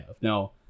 Now